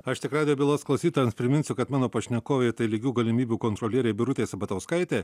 aš tik radijo bylos klausytojams priminsiu kad mano pašnekovė tai lygių galimybių kontrolierė birutė sabatauskaitė